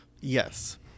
yes